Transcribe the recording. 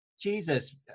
Jesus